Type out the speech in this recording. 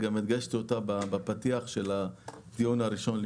וגם הדגשתי אותה בפתיח של הדיון הראשון,